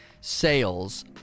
sales